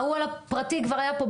ההוא על הפרטי כבר היה פה.